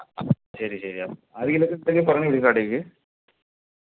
ശരി ശരി ആരെങ്കിലും ജസ്റ്റ് ഒന്ന് പറഞ്ഞ് വിട് കടയിലേക്ക്